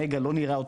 שהנגע נראה מוזר,